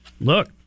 Look